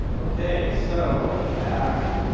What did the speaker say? okay, so. with that.